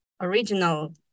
original